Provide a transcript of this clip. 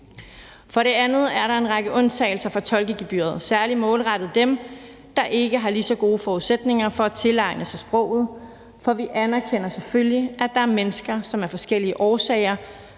For det andet er der en række undtagelser fra tolkegebyret særlig målrettet dem, der ikke har lige så gode forudsætninger for at tilegne sig sproget, for vi anerkender selvfølgelig, at der er mennesker, som af forskellige årsager